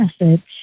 message